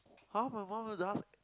how about one with us